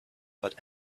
but